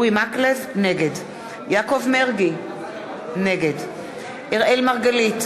נגד יעקב מרגי, נגד אראל מרגלית,